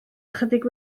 ychydig